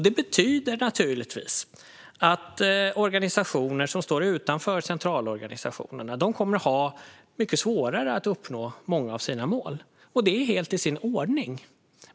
Det betyder naturligtvis att organisationer som står utanför centralorganisationerna kommer att ha mycket svårare att uppnå många av sina mål. Och det är helt i sin ordning.